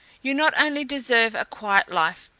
you not only deserve a quiet life,